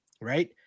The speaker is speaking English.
right